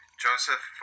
Joseph